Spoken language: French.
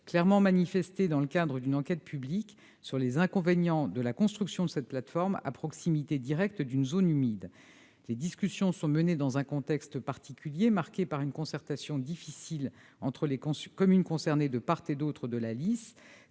clairement manifestées dans le cadre d'une enquête publique, s'agissant des inconvénients de la construction de cette plateforme à proximité directe d'une zone humide. Les discussions sont menées dans un contexte particulier marqué par une concertation difficile entre les communes concernées de part et d'autre de la Lys,